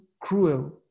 cruel